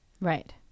right